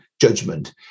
judgment